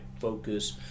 focus